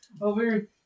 over